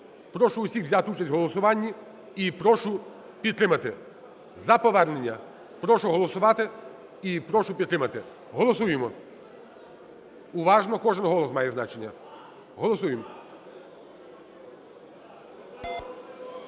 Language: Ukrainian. Прошу усіх взяти участь в голосуванні і прошу підтримати. За повернення прошу голосувати і прошу підтримати. Голосуємо. Уважно. Кожен голос має значення. Голосуєм.